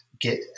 get